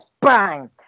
Bang